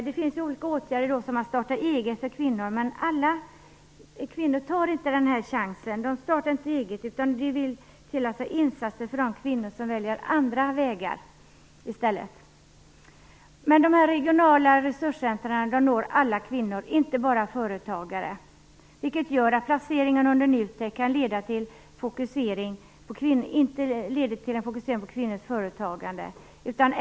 Det finns då olika åtgärder, som starta eget-bidrag för kvinnor, men alla kvinnor tar inte chansen att starta eget. Det vill alltså till insatser för de kvinnor som väljer andra vägar i stället. De regionala resurscentrumen når alla kvinnor, inte bara företagare, vilket gör att placeringen under NUTEK inte leder till en fokusering på kvinnors företagande.